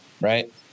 Right